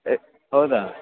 ಹೇ ಹೌದ